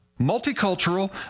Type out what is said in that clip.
Multicultural